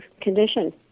condition